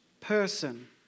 person